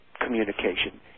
communication